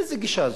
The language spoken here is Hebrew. איזה גישה זו?